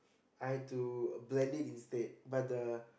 I had to blend it instead but the